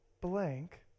blank